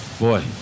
boy